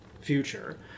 future